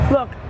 Look